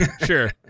sure